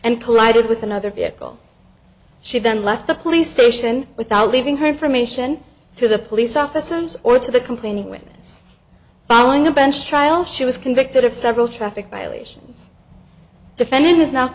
and collided with another vehicle she then left the police station without leaving her from nation to the police officers or to the complaining witness following a bench trial she was convicted of several traffic violations defendant is